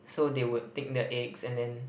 so they would take the eggs and then